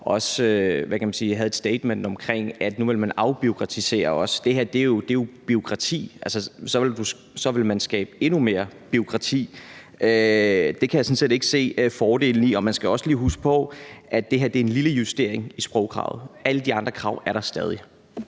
Alliance et statement om, at man nu også ville afbureaukratisere. Det her er jo bureaukrati. Så vil man skabe endnu mere bureaukrati, og det kan jeg sådan set ikke se fordelen i. Man skal også lige huske på, at det her er en lille justering af sprogkravet. Alle de andre krav er der stadig.